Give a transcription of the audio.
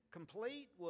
complete